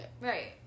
Right